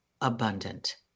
abundant